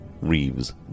Reeves